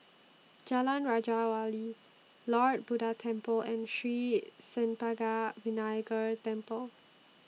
Jalan Raja Wali Lord Buddha Temple and Sri Senpaga Vinayagar Temple